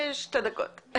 שתי דקות.